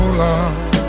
love